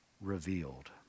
revealed